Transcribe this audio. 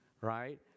Right